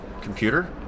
computer